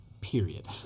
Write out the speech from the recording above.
period